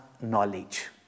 knowledge